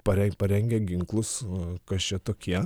pareng parengę ginklus kas čia tokie